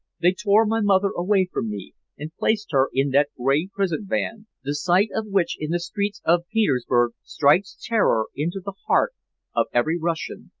they tore my mother away from me and placed her in that gray prison-van, the sight of which in the streets of petersburg strikes terror into the heart of every russian,